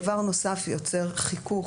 דבר נוסף יוצר חיכוך,